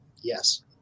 Yes